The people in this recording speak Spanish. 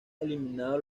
eliminados